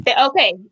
Okay